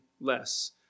less